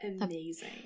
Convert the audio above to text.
Amazing